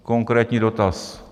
Konkrétní dotaz.